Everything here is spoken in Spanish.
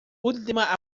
última